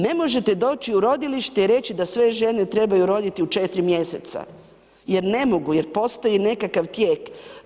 Ne možete doći u rodilište i reći da sve žene trebaju roditi u 4 mjeseca, jer ne mogu jer postoji nekakav tijek.